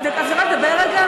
אפשר לדבר?